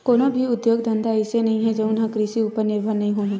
कोनो भी उद्योग धंधा अइसे नइ हे जउन ह कृषि उपर निरभर नइ होही